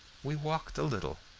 we walked a little.